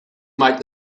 make